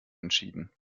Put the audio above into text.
entschieden